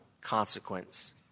consequence